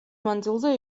მანძილზე